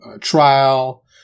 trial